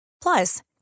Plus